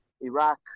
Iraq